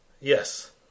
Yes